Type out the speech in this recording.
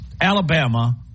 alabama